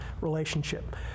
relationship